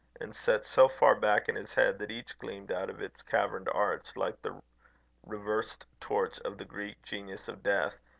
and set so far back in his head, that each gleamed out of its caverned arch like the reversed torch of the greek genius of death,